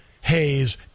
Hayes